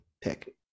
pick